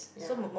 ya